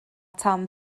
tan